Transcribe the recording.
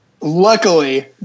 Luckily